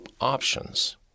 options